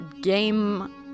game